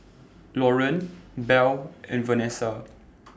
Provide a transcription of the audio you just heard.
Laureen Bell and Vanesa